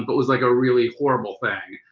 but was like a really horrible thing.